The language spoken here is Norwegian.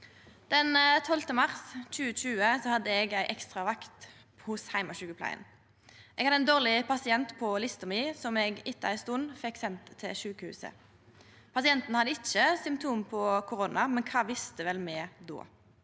Den 12. mars 2020 hadde eg ei ekstravakt hos heimesjukepleia. Eg hadde ein dårleg pasient på lista mi som eg etter ei stund fekk sendt til sjukehuset. Pasienten hadde ikkje symptom på korona, men kva visste vel me då?